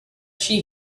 she